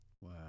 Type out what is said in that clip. Wow